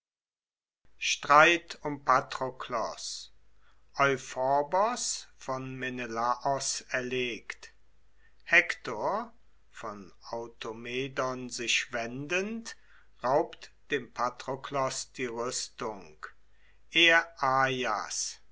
patroklos euphorbos von menelaos erlegt hektor von automedon sich wendend raubt dem patroklos die rüstung